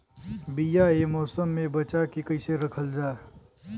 बीया ए मौसम में बचा के कइसे रखल जा?